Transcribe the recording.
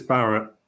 Barrett